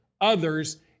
others